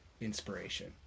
inspiration